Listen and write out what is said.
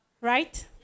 Right